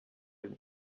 dem